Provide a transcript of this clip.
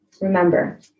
Remember